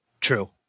True